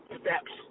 steps